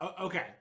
Okay